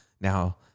Now